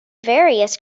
various